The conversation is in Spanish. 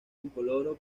incoloro